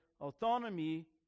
autonomy